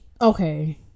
okay